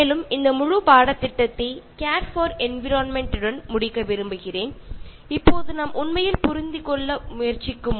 ഞാൻ ഈ കോഴ്സ് നമ്മുടെ പ്രകൃതിയെ എങ്ങനെ നന്നായി സൂക്ഷിക്കാം എന്ന് പറഞ്ഞു കൊണ്ട് അവസാനിപ്പിക്കാൻ ഉദ്ദേശിക്കുന്നു